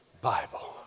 Bible